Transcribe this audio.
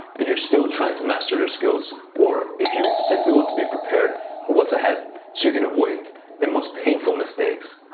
but you're still trying to master your skills or if you simply want to be prepared for what's ahead so you can avoid the most painful mistakes,